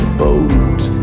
boat